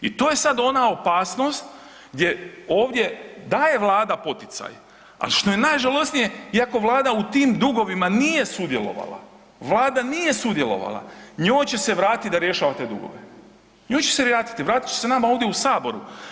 I to je sad ona opasnost gdje ovdje daje Vlada poticaj, ali što je najžalosnije iako Vlada u tim dugovima nije sudjelovala, Vlada nije sudjelovala, njoj će se vratiti da rješava te dugove, njoj će se vratiti, vratit će nama ovdje u saboru.